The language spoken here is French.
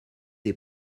des